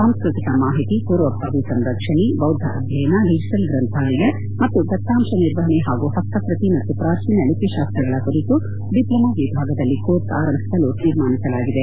ಸಾಂಸ್ಟೃಕಿಕ ಮಾಹಿತಿ ಪೂರ್ವಭಾವಿ ಸಂರಕ್ಷಣೆ ಬೌದ್ಧ ಅಧ್ಯಯನ ಡಿಜಿಟಲ್ ಗ್ರಂಥಾಲಯ ಮತ್ತು ದತ್ತಾಂಶ ನಿರ್ವಹಣೆ ಪಾಗೂ ಪಸ್ತಪ್ರಕಿ ಮತ್ತು ಪ್ರಾಚೀನ ಲಿಪಿ ಶಾಸ್ತ್ರಗಳ ಕುರಿತು ಡಿಪ್ಲೋಮಾ ವಿಭಾಗದಲ್ಲಿ ಕೋರ್ಸ್ ಆರಂಭಿಸಲು ಶೀರ್ಮಾನಿಸಲಾಗಿದೆ